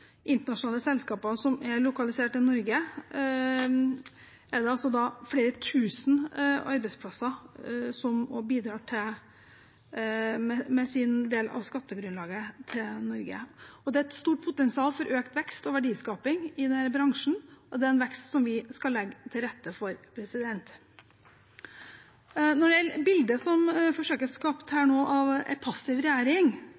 internasjonale selskaper som er lokalisert til Norge, er det altså flere tusen arbeidsplasser som bidrar med sin del av skattegrunnlaget til Norge. Det er også et stort potensial for økt vekst og verdiskaping i denne bransjen, og det er en vekst som vi skal legge til rette for. Når det gjelder bildet som forsøkes skapt